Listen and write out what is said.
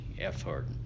effort